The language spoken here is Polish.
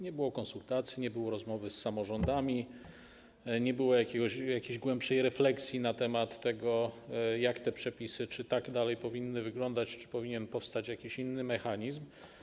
Nie było konsultacji, nie było rozmowy z samorządami, nie było jakiejś głębszej refleksji na temat tego, czy te przepisy tak dalej powinny wyglądać, czy powinien powstać jakiś inny mechanizm.